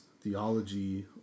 theology